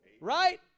Right